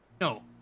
No